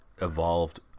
Evolved